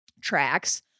tracks